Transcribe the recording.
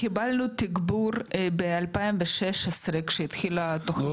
קיבלנו תגבור ב- 2016 כשהתחילה התוכנית